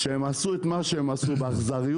שהם עשו את מה שהם עשו באכזריות,